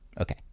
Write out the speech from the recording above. Okay